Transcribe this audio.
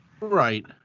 Right